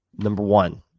number one,